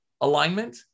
alignment